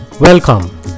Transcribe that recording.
Welcome